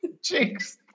Jinx